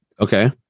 Okay